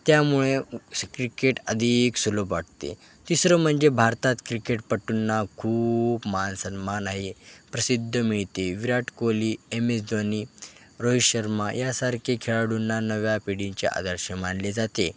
त्यामुळे क्रिकेट अधिक सुलभ वाटते तिसरं म्हणजे भारतात क्रिकेट पट्टूंना खूप मान सन्मान आहे प्रसिद्ध मिळते विराट कोहली एम एस धोनी रोहित शर्मा यासारखे खेळाडूंना नव्या पिढीचे आदर्श मानले जाते